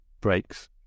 breaks